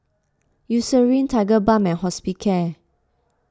Eucerin Tigerbalm and Hospicare